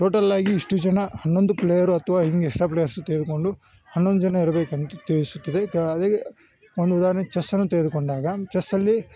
ಟೋಟಲ್ಲಾಗಿ ಇಷ್ಟು ಜನ ಹನ್ನೊಂದು ಪ್ಲೇಯರ್ ಅಥ್ವ ಹಿಂಗೆ ಎಕ್ಸ್ಟ್ರಾ ಪ್ಲೇಯರ್ಸ್ ತೆಗೆದುಕೊಂಡು ಹನ್ನೊಂದು ಜನ ಇರಬೇಕೆಂದು ತಿಳಿಸುತ್ತಿದೆ ಒಂದು ಉದಾಹರ್ಣೆ ಚೆಸ್ಸನ್ನು ತೆಗೆದುಕೊಂಡಾಗ ಚೆಸ್ ಅಲ್ಲಿ